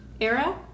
era